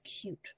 cute